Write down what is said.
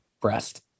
breast